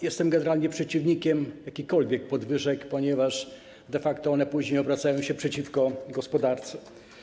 Jestem generalnie przeciwnikiem jakichkolwiek podwyżek, ponieważ de facto one później obracają się przeciwko gospodarce.